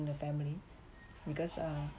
the family because uh